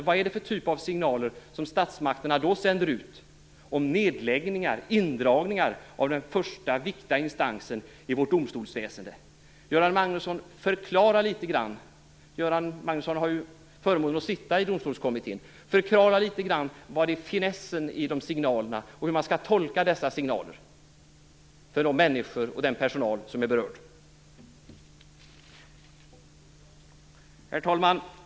Vad är det för typ av signaler som statsmakterna då sänder ut om nedläggningar, indragningar av den första, viktiga instansen i vårt domstolsväsende? Förklara litet grand, Göran Magnusson! Göran Magnusson har ju förmånen att sitta i Domstolskommittén. Förklara för de människor och den personal som är berörda vad finessen är i signalerna och hur man skall tolka dessa signaler! Herr talman!